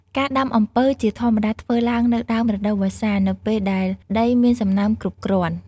ការដាំអំពៅជាធម្មតាធ្វើឡើងនៅ ដើមរដូវវស្សា នៅពេលដែលដីមានសំណើមគ្រប់គ្រាន់។